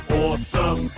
awesome